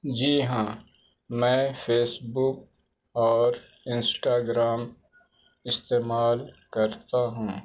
جی ہاں میں Facebook اور انسٹاگرام استعمال کرتا ہوں